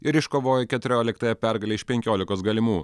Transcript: ir iškovojo keturioliktąją pergalę iš penkiolikos galimų